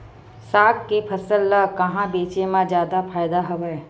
साग के फसल ल कहां बेचे म जादा फ़ायदा हवय?